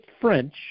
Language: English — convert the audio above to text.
French